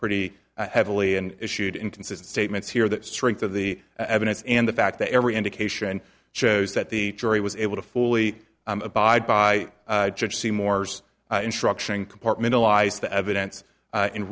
pretty heavily and issued inconsistent statements here the strength of the evidence and the fact that every indication shows that the jury was able to fully abide by judge seymour's instruction compartmentalize the evidence